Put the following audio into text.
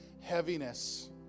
heaviness